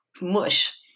mush